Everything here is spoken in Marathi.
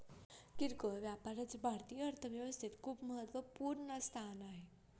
किरकोळ व्यापाराचे भारतीय अर्थव्यवस्थेत खूप महत्वपूर्ण स्थान आहे